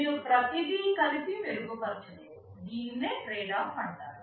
మీరు ప్రతిదీ కలిపి మెరుగుపరచలేరు దీనిని ట్రేడ్ ఆఫ్ అంటారు